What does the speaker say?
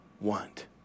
want